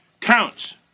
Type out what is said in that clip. counts